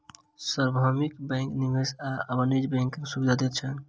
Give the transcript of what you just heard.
सार्वभौमिक बैंक निवेश आ वाणिज्य बैंकक सुविधा दैत अछि